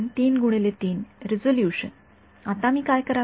उच्च रिझोल्यूशन रिझोल्यूशनआता मी काय करावे